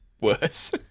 Worse